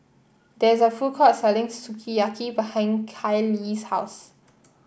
there is a food court selling Sukiyaki behind Kayley's house